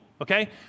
Okay